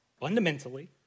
fundamentally